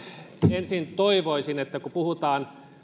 ensin toivoisin että kun puhutaan